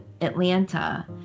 Atlanta